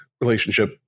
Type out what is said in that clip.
relationship